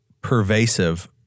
pervasive